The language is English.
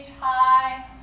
high